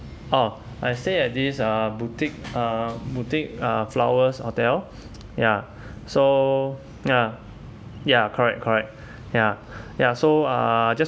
oh I stay at this uh boutique uh boutique uh flowers hotel ya so ya ya correct correct ya ya so uh